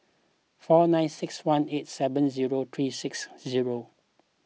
four nine six one eight seven zero three six zero